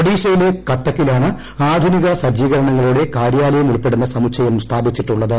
ഒഡീഷയിലെ കട്ടക്കിലാണ് ആധുനിക സജ്ജീകരണങ്ങളോടെ കാര്യാലയം ഉൾപ്പെടുന്ന സമുച്ചയം സ്ഥാപിച്ചിട്ടുള്ളത്